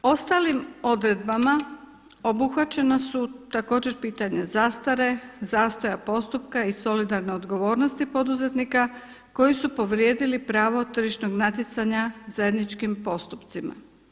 Ostalim odredbama obuhvaćena su također pitanja zastare, zastoja postupka i solidarne odgovornosti poduzetnika koji su povrijedili pravo tržišnog natjecanja zajedničkim postupcima.